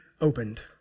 opened